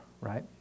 right